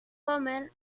homer